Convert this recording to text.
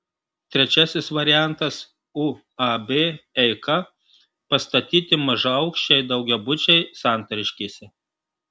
trečiasis variantas uab eika pastatyti mažaaukščiai daugiabučiai santariškėse